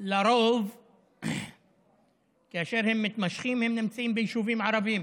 לרוב כאשר הם מתמשכים הם נמצאים ביישובים ערביים.